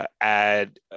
add